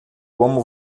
como